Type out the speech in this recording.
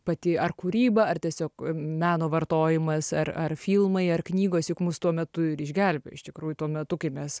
pati ar kūryba ar tiesiog meno vartojimas ar ar filmai ar knygos juk mus tuo metu ir išgelbėjo iš tikrųjų tuo metu kai mes